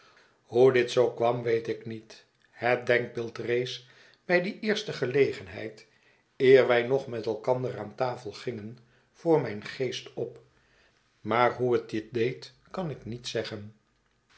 hoe dit zoo kwam weet ik niet het denkbeeld rees bij die eerste gelegenheid eer wij nog met elkander aan tafel gingen voor mijn geest op maar hoe het dit deed kan ik niet zeggen